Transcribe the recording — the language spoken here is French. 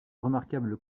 remarquable